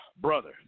Brother